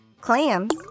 clams